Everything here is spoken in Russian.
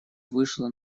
вышла